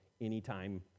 anytime